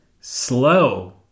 slow